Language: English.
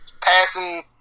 passing